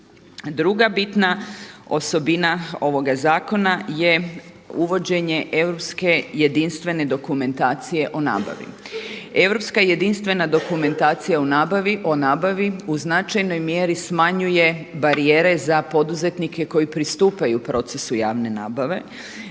Druga bitna osobina ovoga zakona je uvođenje europske jedinstvene dokumentacije o nabavi. Europska jedinstvena dokumentacija o nabavi u značajnoj mjeri smanjuje barijere za poduzetnike koji pristupaju procesu javne nabave